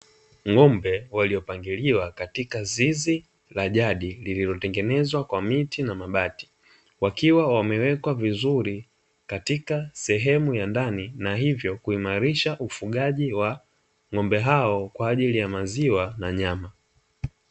Ng'ombe waliopangiliwa katika zizi la jadi, lililotengenezwa kwa miti na mabati, wakiwa wamewekwa vizuri katika sehemu ya ndani na hivyo kuimarisha ufugaji wa ng'ombe hao kwa ajili ya maziwa na nyama.